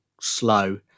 slow